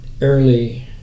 early